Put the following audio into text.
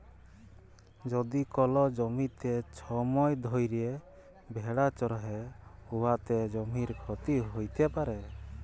যদি কল জ্যমিতে ছময় ধ্যইরে ভেড়া চরহে উয়াতে জ্যমির ক্ষতি হ্যইতে পারে